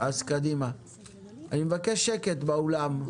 אני מבקש שקט באולם.